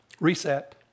reset